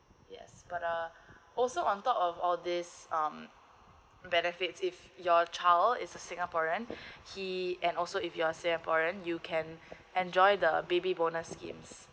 yes but uh also on top of all this um benefits if your child is a singaporean he and also if you are singaporean you can enjoy the baby bonus scheme